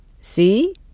See